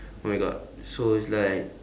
oh my god so it's like